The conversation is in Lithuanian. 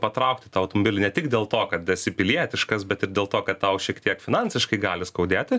patraukti tą automobilį ne tik dėl to kad esi pilietiškas bet ir dėl to kad tau šiek tiek finansiškai gali skaudėti